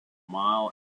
mile